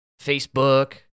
Facebook